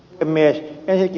ensinnäkin ed